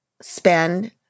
Spend